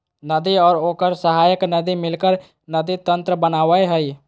नदी और ओकर सहायक नदी मिलकर नदी तंत्र बनावय हइ